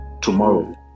tomorrow